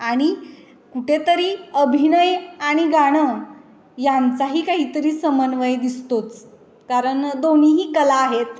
आणि कुठेतरी अभिनय आणि गाणं यांचाही काहीतरी समन्वय दिसतोच कारण दोन्हीही कला आहेत